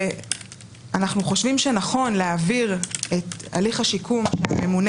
אנו חושבים שנכון להעביר את הליך השיקום שהממונה